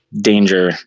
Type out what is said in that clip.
danger